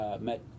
met